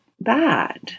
bad